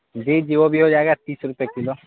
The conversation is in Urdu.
جی جی وہ بھی ہو جائے گا تیس روپئے کلو